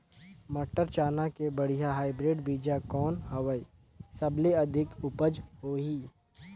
मटर, चना के बढ़िया हाईब्रिड बीजा कौन हवय? सबले अधिक उपज होही?